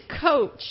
coach